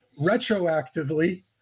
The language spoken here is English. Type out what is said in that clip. retroactively